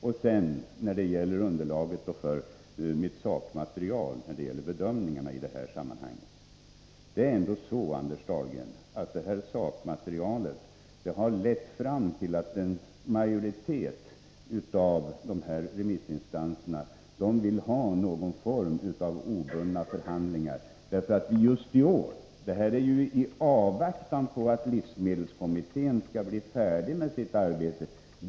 När det sedan gäller mitt sakmaterial och underlaget för bedömningarna i detta sammanhang vill jag säga att sakmaterialet, Anders Dahlgren, har lett fram till att en majoritet av remissinstanserna vill ha någon form av obundna förhandlingar. Det vill man i avvaktan på att livsmedelskommittén skall bli färdig med sitt arbete.